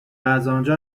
ازآنجا